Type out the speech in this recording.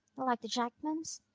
like the jackmans'?